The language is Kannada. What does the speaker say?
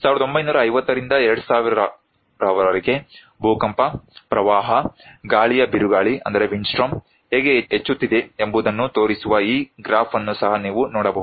1950 ರಿಂದ 2000 ರವರೆಗೆ ಭೂಕಂಪ ಪ್ರವಾಹ ಗಾಳಿಯ ಬಿರುಗಾಳಿ ಹೇಗೆ ಹೆಚ್ಚುತ್ತಿದೆ ಎಂಬುದನ್ನು ತೋರಿಸುವ ಈ ಗ್ರಾಫ್ ಅನ್ನು ಸಹ ನೀವು ನೋಡಬಹುದು